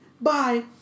Bye